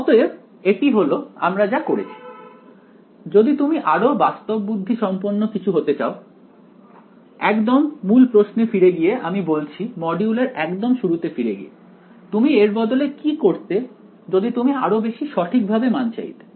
অতএব এটি হলো আমরা যা করেছি যদি তুমি এটি আরো বাস্তববুদ্ধিসম্পন্ন কিছু করতে চাও একদম মূল প্রশ্নে ফিরে গিয়ে আমি বলছি মডিউলের একদম শুরুতে ফিরে গিয়ে তুমি এর বদলে কি করতে যদি তুমি আরো বেশি সঠিকভাবে মান চাইতে